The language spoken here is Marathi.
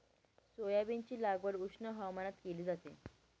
सोयाबीनची लागवड उष्ण हवामानात केली जाते